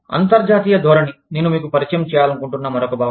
అంతర్జాతీయ ధోరణి నేను మీకు పరిచయం చేయాలనుకుంటున్న మరొక భావన